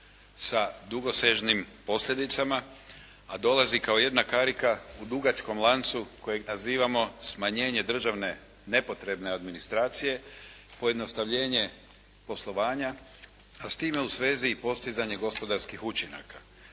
sa dugosežnim posljedicama a dolazi kao jedna karika u dugačkom lancu kojeg nazivamo smanjenje državne nepotrebne administracije, pojednostavljenje poslovanja a s time u svezi i postizanje gospodarskih učinaka.